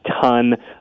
ton